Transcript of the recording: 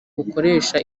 bukoresha